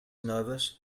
nervous